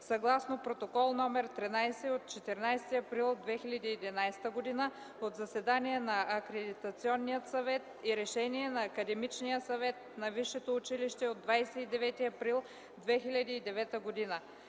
съгласно Протокол № 13 от 14 април 2011 г. от заседание на Акредитационния съвет и Решение на Академичния съвет на висшето училище от 29 април 2009 г.